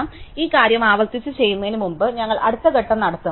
അതിനാൽ ഈ കാര്യം ആവർത്തിച്ച് ചെയ്യുന്നതിനുമുമ്പ് ഞങ്ങൾ അടുത്ത ഘട്ടം നടത്തും